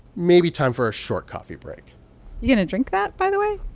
maybe time for a short coffee break you going to drink that, by the way?